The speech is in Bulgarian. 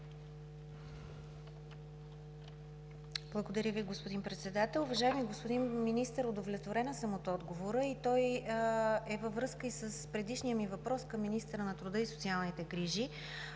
Благодаря Ви, господин Председател.